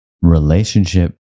relationship